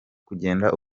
kugenda